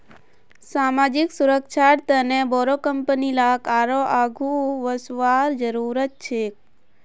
सामाजिक सुरक्षार तने बोरो कंपनी लाक आरोह आघु वसवार जरूरत छेक